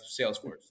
Salesforce